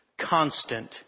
constant